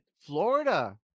Florida